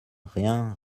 rien